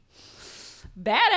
Badass